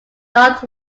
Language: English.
north